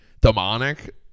Demonic